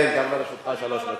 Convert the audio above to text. כן, גם לרשותך שלוש דקות.